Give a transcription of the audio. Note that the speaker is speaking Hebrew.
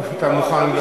או שאתה מוכן,